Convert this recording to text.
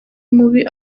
mubi